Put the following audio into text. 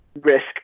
risk